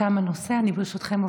תם הנושא.